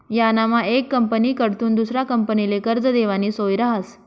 यानामा येक कंपनीकडथून दुसरा कंपनीले कर्ज देवानी सोय रहास